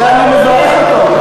ואני מברך אותו על כך.